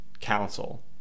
council